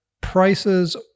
prices